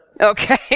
Okay